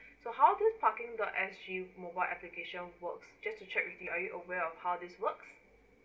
so how this parking dot S_G mobile application works just to check with you are you aware of how this works